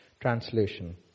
Translation